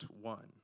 one